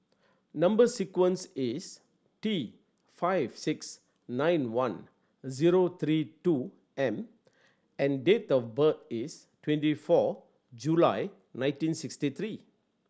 number sequence is D five six nine one zero three two M and date of birth is twenty four July nineteen sixty three